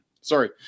Sorry